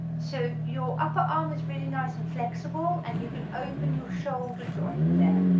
so your upper arm is really nice and flexible and you can open your shoulder joint there,